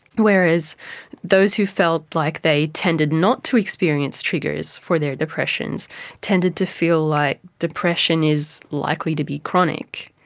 whereas those who felt like they tended not to experience triggers for their depressions tended to feel like depression is likely to be chronic.